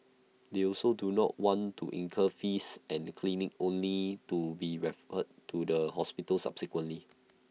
they also do not want to incur fees and clinic only to be referred to the hospital subsequently